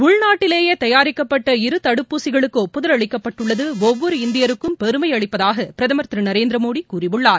உள்நாட்டிலேயே தயாரிக்கப்பட்ட இரு தடுப்பூசிகளுக்கு ஒப்புதல் அளிக்கப்பட்டுள்ளது ஒவ்வொரு இந்தியருக்கும் பெருமை அளிப்பதாக பிரதமர் திரு நரேந்திரமோடி கூறியுள்ளார்